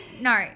no